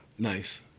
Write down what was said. Nice